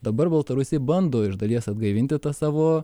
dabar baltarusiai bando iš dalies atgaivinti tą savo